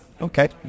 Okay